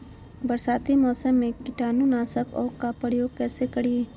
बरसाती मौसम में कीटाणु नाशक ओं का प्रयोग कैसे करिये?